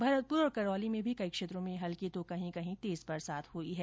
भरतपुर और करौली में भी कई क्षेत्रों में हल्की तो कहीं कहीं तेज बरसात हुई है